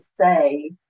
say